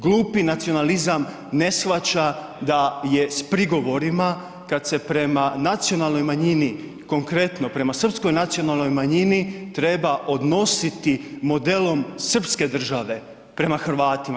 Glupi nacionalizam ne shvaća da je s prigovorima kad se prema nacionalnoj manjini, konkretno prema srpskoj nacionalnoj manjini, treba odnositi modelom srpske države prema Hrvatima.